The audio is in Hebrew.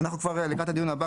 אנחנו לקראת הדיון הבא,